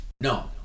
No